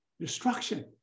destruction